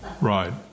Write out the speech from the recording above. Right